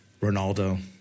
Ronaldo